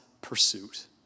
pursuit